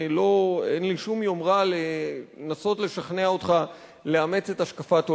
אין לי שום יומרה לנסות לשכנע אותך לאמץ את השקפת עולמי.